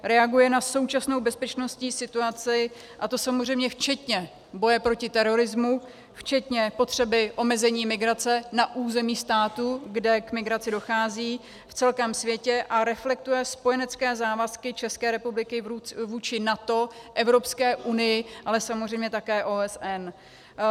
Reaguje na současnou bezpečnostní situaci, a to samozřejmě včetně boje proti terorismu, včetně potřeby omezení migrace na území státu, kde k migraci dochází, v celém světě, a reflektuje spojenecké závazky České republiky vůči NATO, Evropské unii, ale samozřejmě také OSN.